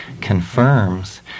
confirms